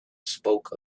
spoke